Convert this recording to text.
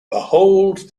behold